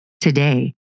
Today